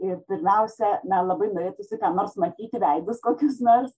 ir pirmiausia man labai norėtųsi ką nors matyti veidus kokius nors